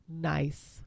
nice